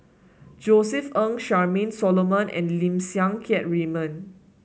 Josef Ng Charmaine Solomon and Lim Siang Keat Raymond